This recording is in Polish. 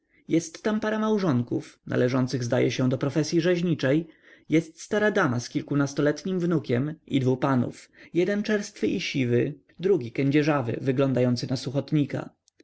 jest tam para małżonków należących zdaje się do profesyi rzeźniczej jest stara dama z kilkunastoletnim wnukiem i dwu panów jeden czerstwy i siwy drugi kędzierzawy wyglądający na suchotnika